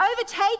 overtake